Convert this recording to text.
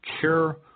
care